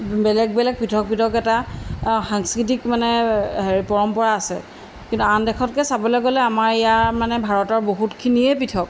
বেলেগ বেলেগ পৃথক পৃথক এটা সাংস্কৃতিক মানে হেৰি পৰম্পৰা আছে কিন্তু আন দেশতকৈ চাবলৈ গ'লে আমাৰ ইয়াৰ মানে ভাৰতৰ বহুতখিনিয়ে পৃথক